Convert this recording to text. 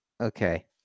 Okay